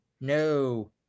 No